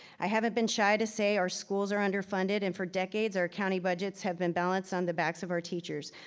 i haven't been shy to say our schools are underfunded. and for decades, our county budgets have been balanced on the backs of our teachers.